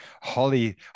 holly